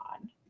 on